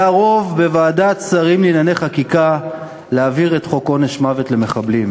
היה רוב בוועדת השרים לענייני חקיקה להעביר את חוק עונש מוות למחבלים,